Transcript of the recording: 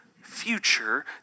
future